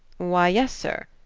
why, yes, sir,